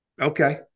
Okay